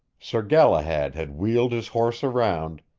sir galahad had wheeled his horse around,